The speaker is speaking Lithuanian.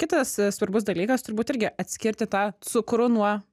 kitas svarbus dalykas turbūt irgi atskirti tą cukrų nuo